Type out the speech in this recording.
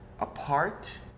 apart